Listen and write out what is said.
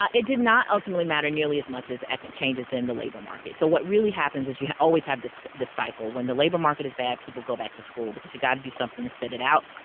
um it did not ultimately matter, nearly as much as as changes in the labor market. so what really happens, is you always have this cycle. when the labor market is bad, people go back to school because you gotta do something to sit it out.